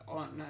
on